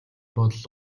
бодол